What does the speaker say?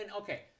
okay